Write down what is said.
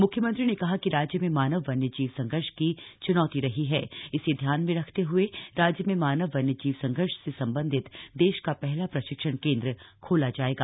मुख्यमंत्री ने कहा कि राज्य में मानव वन्य जीव संघर्ष की चुनौती रही है इसे ध्यान में रखते हुए राज्य में मानव वन्य जीव संघर्ष से सम्बन्धित देश का पहला प्रशिक्षण केन्द्र खोला जायेगा